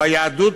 ביהדות